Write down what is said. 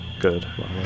Good